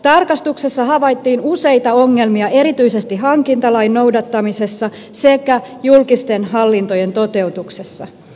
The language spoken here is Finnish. tarkastuksessa havaittiin useita ongelmia erityisesti hankintalain noudattamisessa sekä julkisten hallintojen toteutuksessa